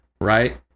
right